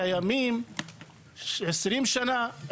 קיימים 20 שנה,